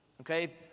Okay